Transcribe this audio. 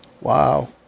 Wow